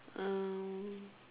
um